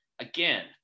again